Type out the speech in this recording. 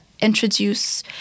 introduce